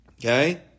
Okay